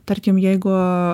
tarkim jeigu